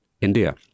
India